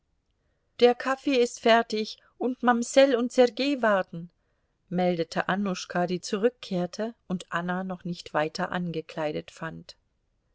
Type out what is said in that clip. der kaffee ist fertig und mamsell und sergei warten meldete annuschka die zurückkehrte und anna noch nicht weiter angekleidet fand